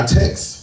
text